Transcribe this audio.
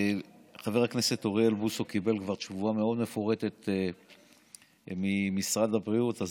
חבר הכנסת אוריאל בוסו קיבל כבר תשובה מאוד מפורטת ממשרד הבריאות אז